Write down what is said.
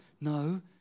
no